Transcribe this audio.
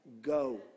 Go